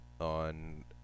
on